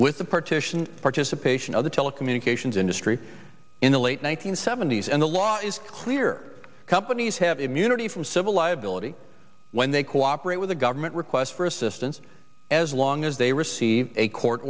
with the partition participation of the telecommunications industry in the late one nine hundred seventy s and the law is clear companies have immunity from civil liability when they cooperate with the government requests for assistance as long as they receive a court